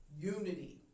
Unity